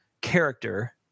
character